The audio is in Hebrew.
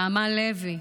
נעמה לוי,